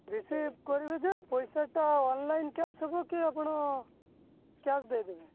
receive କରିବେ ଯେ ପଇସା ଟା ଅନଲାଇନ୍ କ୍ୟାସ୍ ହେବ କି ଆପଣ କ୍ୟାସ୍ ଦେଇଦେବେ